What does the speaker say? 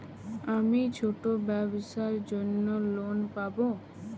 আমি ছোট ব্যবসার জন্য লোন পাব?